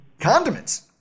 Condiments